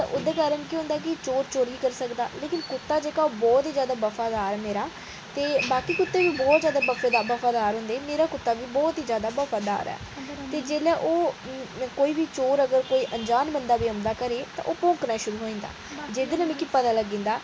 ओह्दै कन्नै चोर जेह्का चोरी करी सकदा लेकिन कुत्ता जेह्का बहुत वफादार ऐ मेरा ते बाकी कुत्ते बी बहुत जैदा बफादार होंदे ते मेरा कुत्ता बी बहुत जैदा बफादार ऐ ते जिसलै कोई चोर जां अंजान बंदा बी औंदा घरै गी ओह् भौंकना शूरू होई जंदा जेह्दे कन्नै मिगी पता लग्गी जंदा